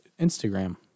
Instagram